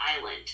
island